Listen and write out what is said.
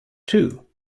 too